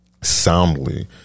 soundly